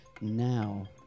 now